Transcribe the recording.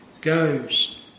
goes